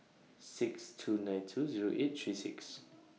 six two nine two Zero eight three six